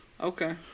okay